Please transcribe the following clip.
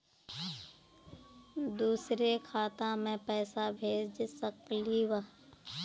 दुसरे खाता मैं पैसा भेज सकलीवह?